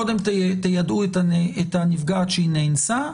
קודם תיידעו את הנפגעת שהיא נאנסה,